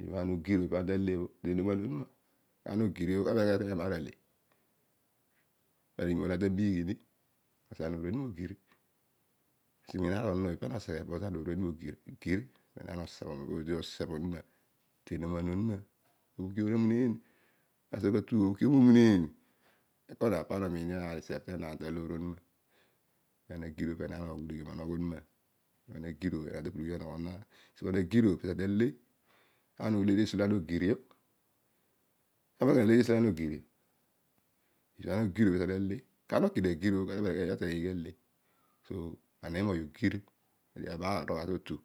Ibha ana ugir pibha ana tale. ana ogirio kanar tateiy eko maar ale. tadighi niolo ana ta miigh ni ibha na uniin aar omonooy pana oseghe. gir penaan osebh ounma tenonian ounma. taseghe kua ma weeko momuneen pana omiin alisebh tenaan taloor onuma. bho ana gir o penaan obhulugion oungho onuma. esibho ana gir o pesi ana tale. ana ta bol eko kana ale kesi olo ana ogirio ibha ana ugir o pibha ana tale bho so ana okidio agiri o kana ta bol eko kana alen so nabaal urolgha totu.